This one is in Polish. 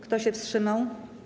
Kto się wstrzymał?